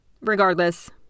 regardless